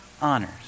honors